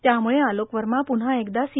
त्यामुळे आलोक वर्मा प्न्हा एकदा सी